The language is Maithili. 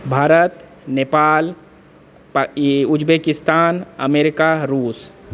भारत नेपाल ई उज्बेकिस्तान अमेरिका रूस